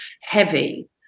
heavy